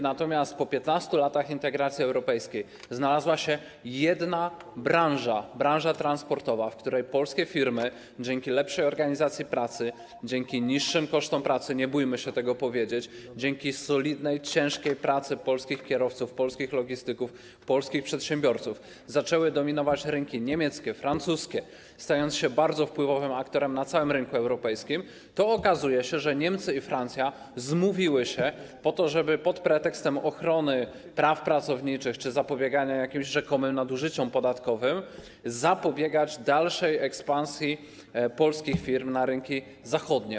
Natomiast kiedy po 15 latach integracji europejskiej znalazła się jedna branża, branża transportowa, w której polskie firmy, dzięki lepszej organizacji pracy, dzięki niższym kosztom pracy, nie bójmy się tego powiedzieć, dzięki solidnej, ciężkiej pracy polskich kierowców, polskich logistyków, polskich przedsiębiorców, zaczęły dominować nad firmami niemieckimi, francuskimi, stając się bardzo wpływowym aktorem na całym rynku europejskim, to okazało się, że Niemcy i Francja się zmówiły, po to żeby pod pretekstem ochrony praw pracowniczych czy zapobiegania jakimś rzekomym nadużyciom podatkowym zapobiegać dalszej ekspansji polskich firm na rynki zachodnie.